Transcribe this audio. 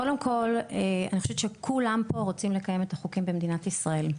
קודם כל אני חושבת שכולם פה רוצים לקיים את החוקים במדינת ישראל.